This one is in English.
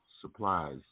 supplies